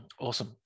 Awesome